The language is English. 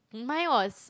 mine was